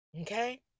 okay